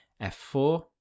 F4